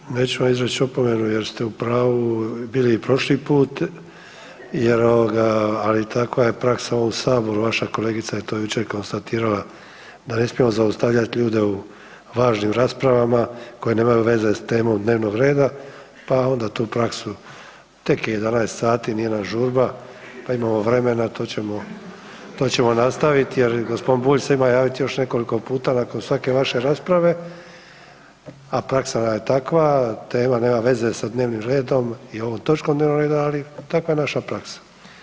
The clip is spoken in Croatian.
Dobro, neću vam izreć opomenu jer ste u pravu bili i prošli put jer ovoga, ali takva je praksa u ovom saboru, vaša kolegica je to jučer konstatirala da ne smijemo zaustavljat ljude u važnim raspravama koje nemaju veze s temom dnevnog reda, pa onda tu praksu, tek je 11 sati, nije nam žurba, pa imamo vremena, to ćemo, to ćemo nastaviti jer g. Bulj se ima javiti još nekoliko puta nakon svake vaše rasprave, a praksa nam je takva, tema nema veze sa dnevnim redom i ovom točkom dnevnog reda, ali takva je naša praksa.